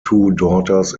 daughters